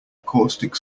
caustic